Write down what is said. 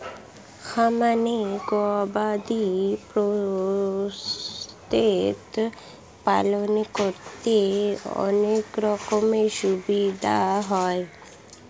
খামারে গবাদি পশুর পালন করতে অনেক রকমের অসুবিধা হয়